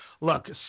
look